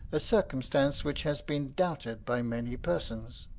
a circumstance which has been doubted by many persons.